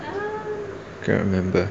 can't remember